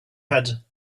had